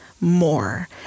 more